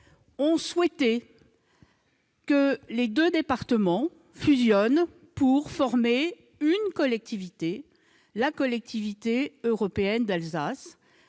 ont souhaité que les deux départements fusionnent pour former une seule collectivité, la Collectivité européenne d'Alsace.